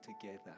together